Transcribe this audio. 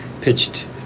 pitched